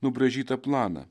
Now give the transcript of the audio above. nubraižytą planą